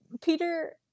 Peter